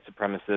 supremacists